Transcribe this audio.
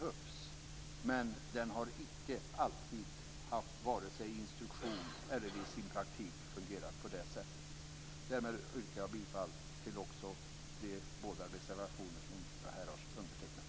Men den har icke alltid haft en sådan instruktion eller i sin praktik fungerat på det sättet. Därmed yrkar jag bifall till de båda reservationer som jag har undertecknat, dvs. nr 15 och nr 16.